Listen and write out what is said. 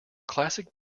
classic